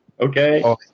okay